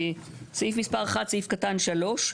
סעיף מספר (1), סעיף קטן (3).